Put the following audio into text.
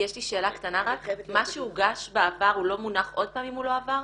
יש לי שאלה קטנה מה שהוגש בעבר הוא לא מונח עוד פעם אם הוא לא עבר?